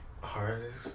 Hardest